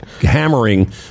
hammering